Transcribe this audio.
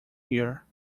here